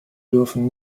dürfen